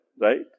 right